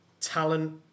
talent